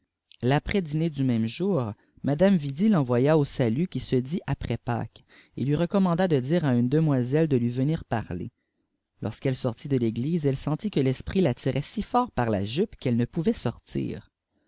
l'aprèsinée du même jour madame vi envoya au salut qui se dit après pâques et lui recommanda de dire à une demois de lui venir parier lorscp'eue aortit de l'ée elle sentit que l'esprit la tirait si fort par lajupe qu'ole ne pouvait sortir